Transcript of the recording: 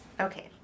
Okay